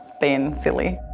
being silly.